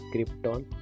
Krypton